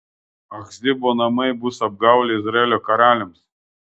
achzibo namai bus apgaulė izraelio karaliams